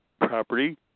property